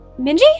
minji